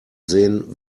sehen